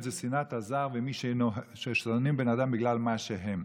זה שנאת הזר וששונאים בני אדם בגלל מה שהם.